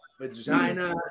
vagina